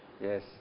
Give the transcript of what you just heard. Yes